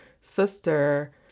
sister